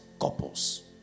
couples